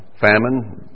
famine